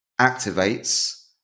activates